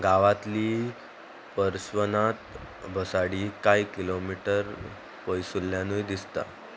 गांवांतली परसवनांत बसाडी कांय किलोमिटर पयसुल्ल्यानूय दिसता